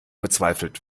bezweifelt